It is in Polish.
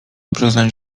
przyznać